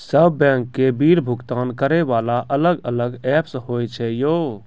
सब बैंक के बिल भुगतान करे वाला अलग अलग ऐप्स होय छै यो?